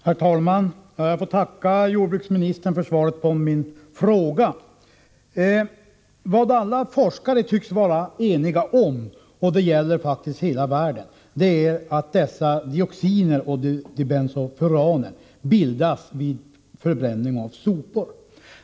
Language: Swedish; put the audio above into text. Herr talman! Jag får tacka jordbruksministern för svaret på min fråga. Vad alla forskare tycks vare eniga om — och det gäller faktiskt forskarna i hela världen — är att dessa dioxiner och dibensofuraner bildas vid förbränning av sopor.